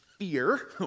fear